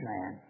Man